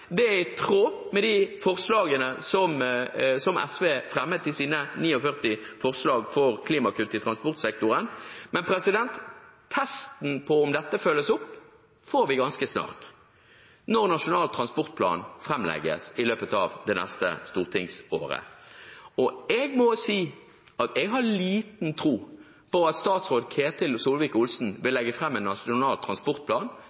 Det er i tråd med de forslagene SV fremmet i sine 49 forslag for klimakutt i transportsektoren. Testen på om dette følges opp, får vi ganske snart, når Nasjonal transportplan legges fram i løpet av det neste stortingsåret. Jeg må si at jeg har liten tro på at statsråd Ketil Solvik-Olsen vil legge fram en Nasjonal transportplan